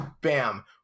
bam